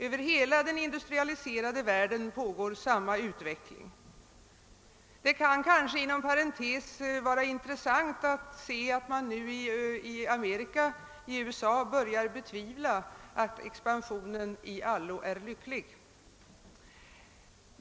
Över hela den industrialiserade världen pågår samma utveckling. Det kan kanske inom parentes vara av intresse att man i USA börjar betvivla att expansionen i allo är lycklig.